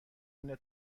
اینه